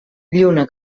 lluna